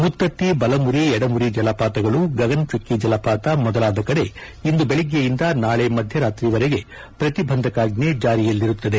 ಮುತ್ತತ್ತಿ ಬಲಮುರಿ ಎಡಮುರಿ ಜಲಪಾತಗಳು ಗಗನಚುಕ್ಕಿ ಜಲಪಾತ ಮೊದಲಾದ ಕಡೆ ಇಂದು ಬೆಳಗ್ಗೆಯಿಂದ ನಾಳೆ ಮಧ್ಯರಾತ್ರಿವರೆಗೆ ಪ್ರತಿಬಂಧಕಾಜ್ಜೆ ಜಾರಿಯಲ್ಲಿರುತ್ತದೆ